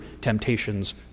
temptations